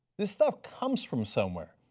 this stuff comes from somewhere,